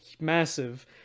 massive